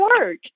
work